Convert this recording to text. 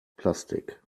plastik